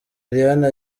ariane